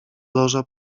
loża